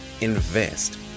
invest